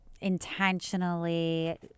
intentionally